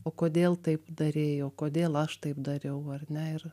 o kodėl taip darei o kodėl aš taip dariau ar ne ir